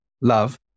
love